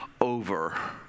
over